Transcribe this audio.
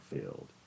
field